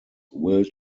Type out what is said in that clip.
wil